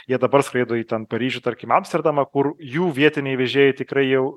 jie dabar skraido į ten paryžių tarkim amsterdamą kur jų vietiniai vežėjai tikrai jau